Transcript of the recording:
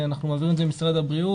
אנחנו מעבירים את זה למשרד הבריאות.